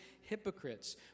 hypocrites